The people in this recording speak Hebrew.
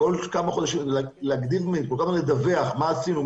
כל כמה חודשים לדווח מה עשינו,